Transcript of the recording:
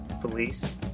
police